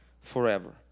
forever